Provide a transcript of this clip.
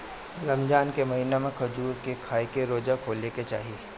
रमजान के महिना में खजूर के खाके रोज़ा खोले के चाही